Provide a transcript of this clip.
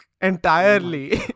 entirely